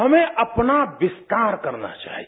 हमें अपना विस्तार करना चाहिए